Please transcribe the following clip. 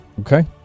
Okay